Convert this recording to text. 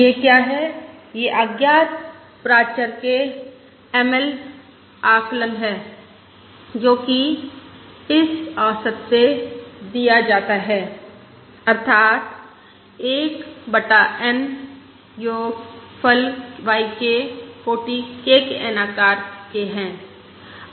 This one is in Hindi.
यह क्या है यह अज्ञात प्राचर h का ML आकलन है जोकि इस औसत से दिया जाता है अर्थात 1 बटा N योग yK कोटि K के N आकार के है